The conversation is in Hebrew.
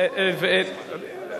אבל אנחנו לא משנים את ההצבעה.